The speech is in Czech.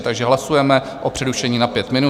Takže hlasujeme o přerušení na 5 minut.